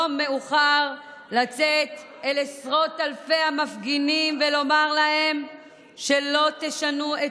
לא מאוחר לצאת אל עשרות אלפי המפגינים ולומר להם שלא תשנו את